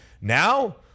now